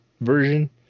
version